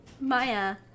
Maya